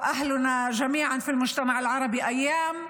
אדוני היושב-ראש, כנסת נכבדה, קודם כול, ערב קשה.